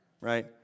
Right